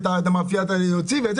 את המאפיות מוציאים.